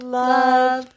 love